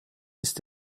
ist